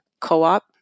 co-op